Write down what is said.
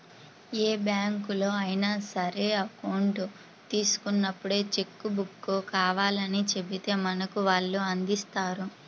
ఏ బ్యాంకులో అయినా సరే అకౌంట్ తీసుకున్నప్పుడే చెక్కు బుక్కు కావాలని చెబితే మనకు వాళ్ళు అందిస్తారు